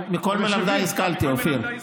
מכל מלמדיי השכלתי, אופיר.